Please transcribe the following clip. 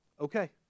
Okay